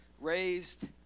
Raised